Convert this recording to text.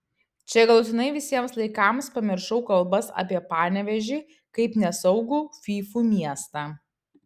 čia galutinai visiems laikams pamiršau kalbas apie panevėžį kaip nesaugų fyfų miestą